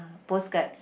postcards